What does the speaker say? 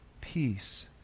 Peace